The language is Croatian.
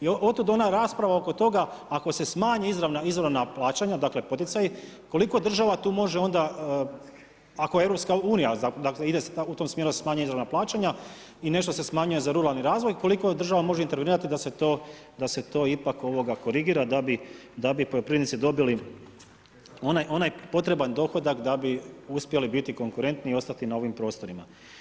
I otud ona rasprava oko toga, ako se smanje izravna plaćanja, dakle poticaji, koliko država tu može onda, ako EU dakle ide u tom smjeru da se smanje izravna plaćanja i nešto se smanjuje za ruralni razvoj, koliko država može intervenirati da se to ipak korigira da bi poljoprivrednici dobili onaj potreban dohodak da bi uspjeli biti konkurentni i ostati na ovim prostorima.